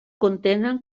contenen